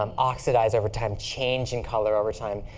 um oxidize over time, change in color over time.